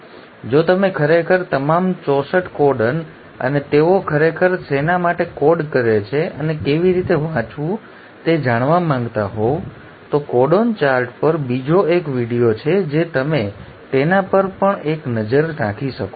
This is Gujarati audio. અને જો તમે ખરેખર તમામ 64 કોડન અને તેઓ ખરેખર શેના માટે કોડ કરે છે અને કેવી રીતે વાંચવું તે જાણવા માંગતા હોવ તો કોડોન ચાર્ટ પર બીજો એક વિડિઓ છે જે તમે તેના પર પણ એક નજર નાખી શકો છો